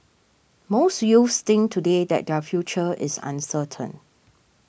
most youths think today that their future is uncertain